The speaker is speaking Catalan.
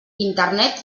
internet